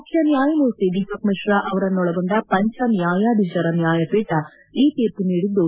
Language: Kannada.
ಮುಖ್ಯನ್ಯಾಯಮೂರ್ತಿ ದೀಪಕ್ ಮಿಶ್ರಾ ಅವರನ್ನೊಳಗೊಂಡ ಪಂಚ ನ್ಯಾಯಾಧೀಶರ ನ್ಯಾಯಪೀಠ ಈ ತೀರ್ಮ ನೀಡಿದ್ದು